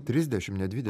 trisdešim ne dvidešim